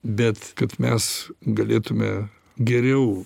bet kad mes galėtume geriau